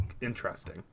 interesting